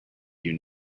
you